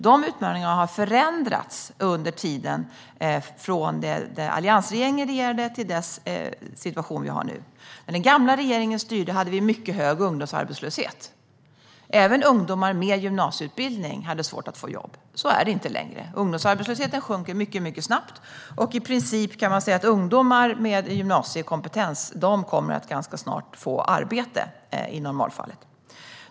De utmaningarna har förändrats sedan alliansregeringens tid till den situation som råder nu. När den gamla regeringen styrde var det mycket hög ungdomsarbetslöshet. Även ungdomar med gymnasieutbildning hade svårt att få jobb. Så är det inte längre. Ungdomsarbetslösheten sjunker mycket snabbt. I princip kan sägas att ungdomar med gymnasiekompetens kommer i normalfallet att snart få arbete.